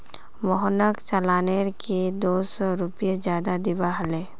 मोहनक चालानेर के दो सौ रुपए ज्यादा दिबा हले